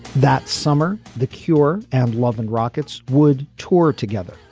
that summer the cure and love and rockets would tour together.